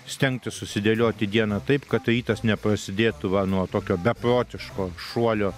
stengtis susidėlioti dieną taip kad rytas neprasidėtų va nuo tokio beprotiško šuolio